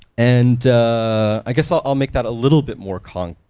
and i guess i'll i'll make that a little bit more concrete,